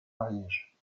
ariège